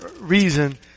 reason